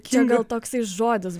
čia gal toksai žodis